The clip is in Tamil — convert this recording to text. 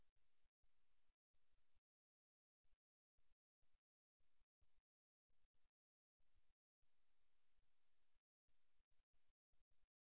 உண்மையில் இந்த இருவரைப் போன்ற உரையாடலில் இரண்டு பேர் ஈடுபடுவதை இங்கே காணும்போது குறுக்கிட முயற்சிக்காதது புத்திசாலித்தனமாக இருக்கும் நீங்கள் உங்களை சங்கடப்படுத்தலாம்